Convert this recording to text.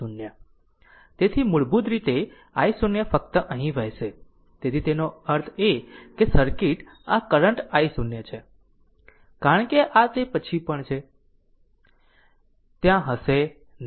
તેથી મૂળભૂત રીતે i0 ફક્ત અહીં વહેશે તેથી તેનો અર્થ એ કે સર્કિટ આ કરંટ i0 હશે કારણ કે આ તે પછી પણ છે ત્યાં હશે નહીં